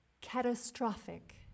catastrophic